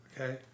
Okay